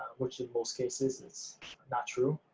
which in most cases, is not true.